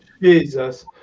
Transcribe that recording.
Jesus